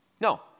No